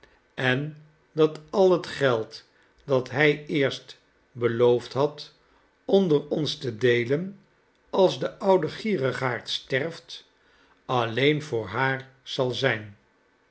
en dat al het geld dat hij eerst beloofd had onder ons te deelen als de oude gierigaard sterft alleen voor haar zal zijn